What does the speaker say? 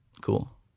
cool